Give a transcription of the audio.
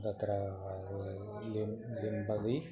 तत्र ल्यं लिम्पति